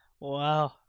Wow